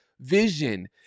vision